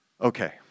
Okay